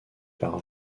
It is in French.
par